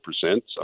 percent